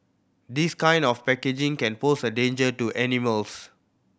this kind of packaging can pose a danger to animals